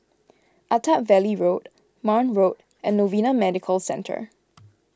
Attap Valley Road Marne Road and Novena Medical Centre